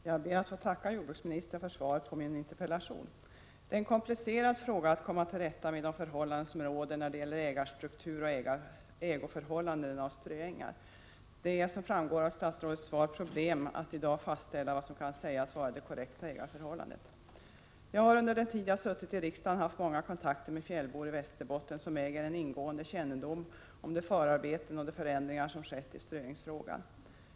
Herr talman! Jag ber att få tacka jordbruksministern för svaret på min interpellation. Det är en komplicerad fråga att komma till rätta med de förhållanden som råder när det gäller ägarstruktur och ägoförhållanden av ströängar. Det finns, som framgår av statsrådets svar, problem att i dag fastställa vad som kan sägas vara det korrekta ägarförhållandet. Jag har under den tid jag suttit i riksdagen haft många kontakter med fjällbor i Västerbotten som äger en ingående kännedom om de förarbeten och de förändringar som skett i ströängsfrågan.